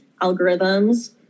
algorithms